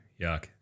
yuck